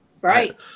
right